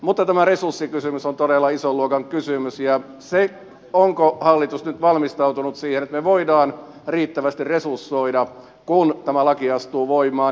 mutta tämä resurssikysymys on todella ison luokan kysymys ja se onko hallitus nyt valmistautunut siihen että me voimme riittävästi resursoida kun tämä laki astuu voimaan